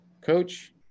coach